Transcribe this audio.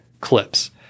clips